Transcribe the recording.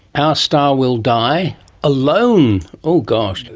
our star will die alone. oh gosh,